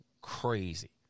crazy